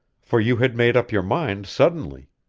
for you had made up your mind suddenly.